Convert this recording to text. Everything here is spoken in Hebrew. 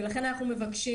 ולכן אנחנו מבקשים,